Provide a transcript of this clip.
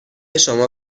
شما